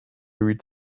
read